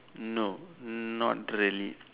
no not really